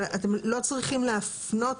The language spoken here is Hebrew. אבל אתם לא צריכים להפנות,